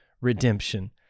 Redemption